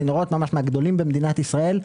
צינורות מהגדולים במדינת ישראל,